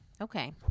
okay